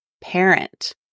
parent